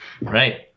Right